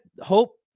hope